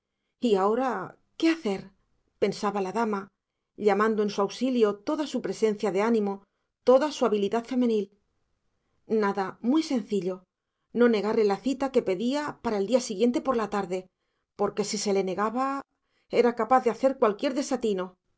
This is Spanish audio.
y ahora qué hacer pensaba la dama llamando en su auxilio toda su presencia de ánimo toda su habilidad femenil nada muy sencillo no negarle la cita que pedía para el día siguiente por la tarde porque si se le negaba era capaz de hacer cualquier desatino